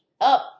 up